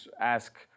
ask